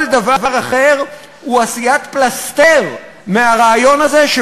כל דבר אחר הוא לעשות את הרעיון הזה פלסתר,